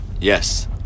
Yes